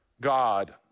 God